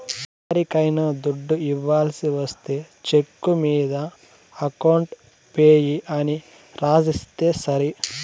ఎవరికైనా దుడ్డు ఇవ్వాల్సి ఒస్తే చెక్కు మీద అకౌంట్ పేయీ అని రాసిస్తే సరి